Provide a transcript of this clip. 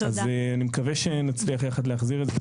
אז אני מקווה שנצליח יחד להחזיר את זה.